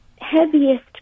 heaviest